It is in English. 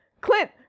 Clint